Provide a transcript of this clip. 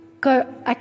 go